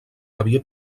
havia